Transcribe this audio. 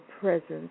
presence